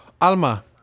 Alma